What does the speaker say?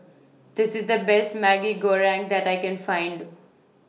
This IS The Best Maggi Goreng that I Can Find